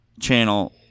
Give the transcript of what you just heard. channel